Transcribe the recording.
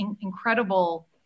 incredible